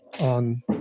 on